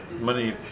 money